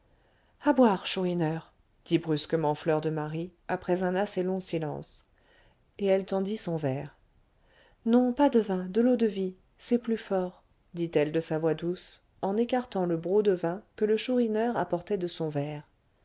à boire chourineur dit brusquement fleur de marie après un assez long silence et elle tendit son verre non pas de vin de l'eau-de-vie c'est plus fort dit-elle de sa voix douce en écartant le broc de vin que le chourineur approchait de son verre